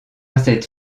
cette